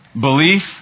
belief